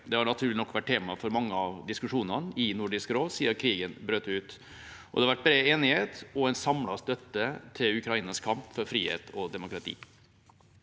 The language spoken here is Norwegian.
Det har naturlig nok vært tema for mange av diskusjonene i Nordisk råd siden krigen brøt ut. Det har vært bred enighet og en samlet støtte til Ukrainas kamp for frihet og demokrati.